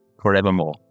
forevermore